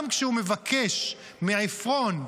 גם כשהוא מבקש מעפרון,